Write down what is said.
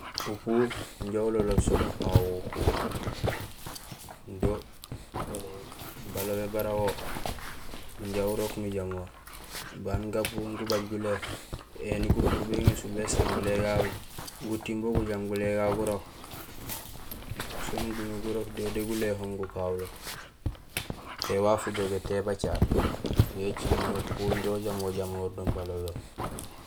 Upu injo uloloob sén upawo upu do balobé bara wo inja urok nujamoor baan gapu éni gubaj gulé éni gupuur béŋésul béséén gulé gagu gutiiŋ bo gujaam gulé gagu gurok sén gumi gurok déré guléhoom gukawulo té waaf ujogé té bacaar yo écilmé upu inja ujamoor jamoor do balobé.